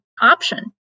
option